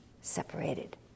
separated